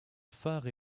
phare